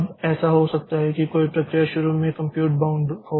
अब ऐसा हो सकता है कि कोई प्रक्रिया शुरू में कंप्यूट बाउंड हो